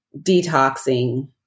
detoxing